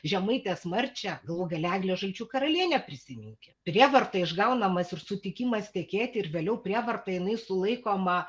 žemaitės marčią galų gale eglę žalčių karalienę prisiminki prievarta išgaunamas ir sutikimas tekėti ir vėliau prievarta jinai sulaikoma